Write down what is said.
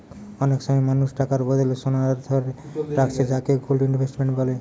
অনেক সময় মানুষ টাকার বদলে সোনা ধারে রাখছে যাকে গোল্ড ইনভেস্টমেন্ট বলে